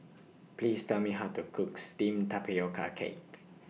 Please Tell Me How to Cook Steamed Tapioca Cake